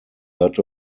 lot